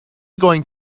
going